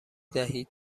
دهید